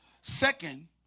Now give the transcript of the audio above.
second